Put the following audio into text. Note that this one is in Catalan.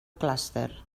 clúster